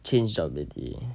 change job already